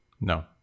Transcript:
no